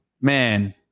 Man